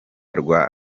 rwa